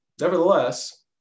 Nevertheless